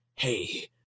Hey